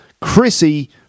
chrissy